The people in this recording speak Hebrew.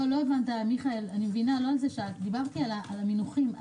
דווקא המינוחים.